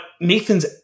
Nathan's